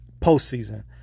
postseason